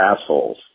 assholes